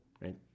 right